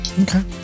okay